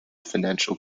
financial